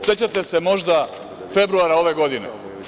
Sećate se, možda, februara ove godine?